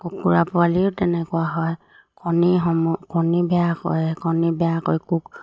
কুকুৰা পোৱালিও তেনেকুৱা হয় কণীসমূহ কণী বেয়া কৰে কণী বেয়া কৰি কুক